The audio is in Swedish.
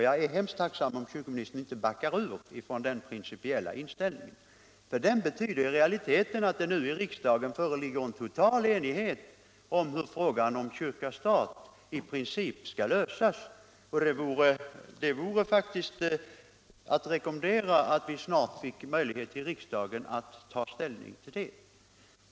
Jag är mycket tacksam om kyrkoministern inte backar ut från den principiella inställningen, för den betyder i realiteten att det nu i riksdagen föreligger total enighet om hur frågan om kyrka-stat i princip skall lösas. Det vore faktiskt att rekommendera att vi här i riksdagen snart fick möjlighet att ta ställning härtill.